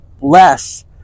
less